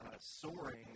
Soaring